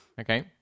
Okay